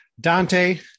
Dante